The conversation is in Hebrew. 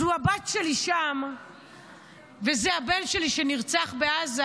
זו הבת שלי שם וזה הבן שלי שנרצח בעזה,